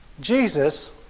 Jesus